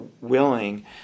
willing